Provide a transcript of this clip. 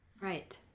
Right